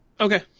Okay